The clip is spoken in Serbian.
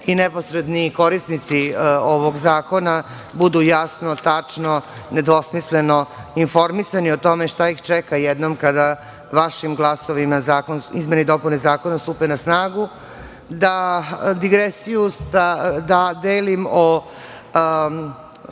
i neposredni korisnici ovog zakona budu jasno, tačno i nedvosmisleno informisanje o tome šta ih čeka jednom kada vašim glasovima izmene i dopune zakona stupe na snagu. Digresiju delim o